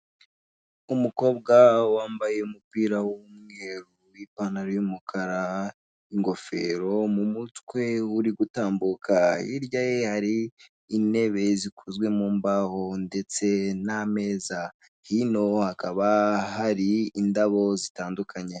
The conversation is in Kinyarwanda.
Umukobwa wambaye umupira w'umweru, ipantaro y'umukara, ingofero mu mutwe uri gutambuka. Hirya ye hari intebe zikozwe mu mbaho ndetse n'ameza. Hino hakaba hari indabo zitandukanye.